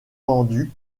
tendues